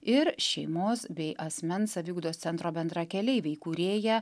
ir šeimos bei asmens saviugdos centro bendrakeleiviai įkūrėja